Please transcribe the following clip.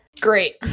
great